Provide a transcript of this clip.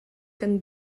kan